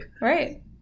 Right